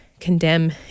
condemn